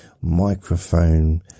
microphone